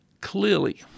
Clearly